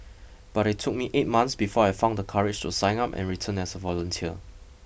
but it took me eight months before I found the courage to sign up and return as a volunteer